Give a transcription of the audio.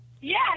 Yes